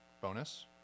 bonus